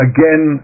Again